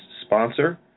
sponsor